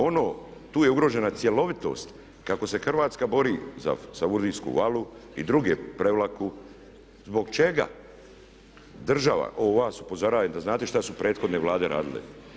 Ono, tu je ugrožena cjelovitost kako se Hrvatska bori za Savudrijsku valu i druge Prevlaku, zbog čega država, ovo vas upozorajem da znate što su prethodne vlade radile.